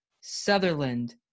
Sutherland